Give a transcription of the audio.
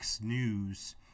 News